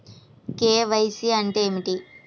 KYC అంటే ఏమిటి?